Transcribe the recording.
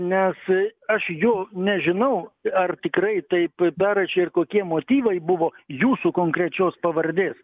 nes aš jo nežinau ar tikrai taip daro čia ir kokie motyvai buvo jūsų konkrečios pavardės